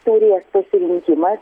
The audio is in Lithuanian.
turės pasirinkimą